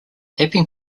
epping